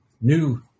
new